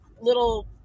little